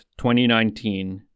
2019